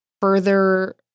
further